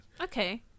Okay